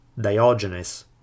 Diogenes